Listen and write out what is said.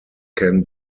can